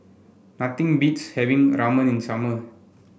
nothing beats having Ramen in ummer